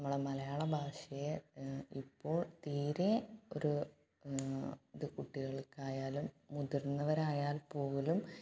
നമ്മള് മലയാളഭാഷയെ ഇപ്പോൾ തീരെ ഒര് ഇത് കുട്ടികൾക്കായാലും മുതിർന്നവരായാൽ പോലും